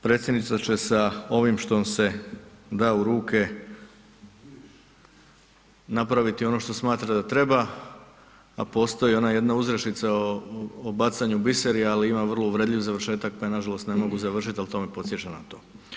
Predsjednica će sa ovim što se da u ruke napraviti ono što smatra da treba, a postoji ona jedna uzrečica o bacanju biserja, ali ima vrlo uvredljiv završetak pa ju nažalost ne mogu završiti, ali to me podsjeća na to.